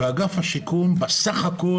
ואגף השיקום בסך הכול,